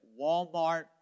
Walmart